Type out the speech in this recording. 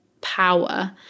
power